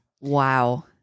Wow